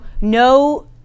no